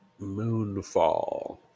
Moonfall